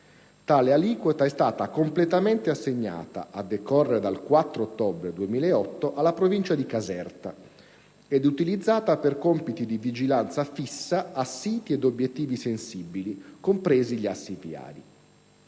Tale aliquota è stata completamente assegnata, a decorrere dal 4 ottobre 2008, alla provincia di Caserta ed utilizzata per compiti di vigilanza fissa a siti e ad obiettivi sensibili, compresi gli assi viari.